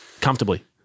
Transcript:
Comfortably